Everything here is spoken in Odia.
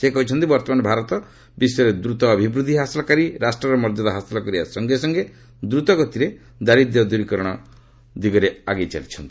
ସେ କହିଛନ୍ତି ବର୍ତ୍ତମାନ ଭାରତ ବିଶ୍ୱରେ ଦ୍ରୁତ ଅଭିବୃଦ୍ଧି ହାସଲକାରୀ ରାଷ୍ଟ୍ରର ମର୍ଯ୍ୟାଦା ହାସଲ କରିବା ସଙ୍ଗେ ସଙ୍ଗେ ଦ୍ରତ ଗତିରେ ଦାରିଦ୍ର୍ୟ ଦୂରୀକରଣ କରାଯାଉଛି